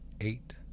eight